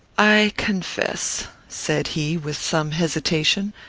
i confess, said he, with some hesitation,